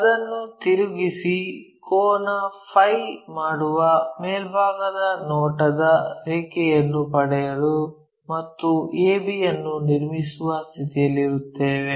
ಅದನ್ನು ತಿರುಗಿಸಿ ಕೋನ ಫೈ Φ ಮಾಡುವ ಮೇಲ್ಭಾಗದ ನೋಟದ ರೇಖೆಯನ್ನು ಪಡೆಯಲು ಮತ್ತು a b ಅನ್ನು ನಿರ್ಮಿಸುವ ಸ್ಥಿತಿಯಲ್ಲಿರುತ್ತೇವೆ